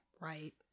right